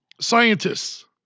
scientists